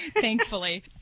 thankfully